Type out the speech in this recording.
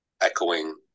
echoing